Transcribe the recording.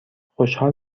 خوشحال